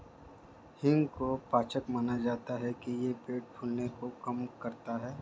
हींग को पाचक माना जाता है कि यह पेट फूलने को कम करता है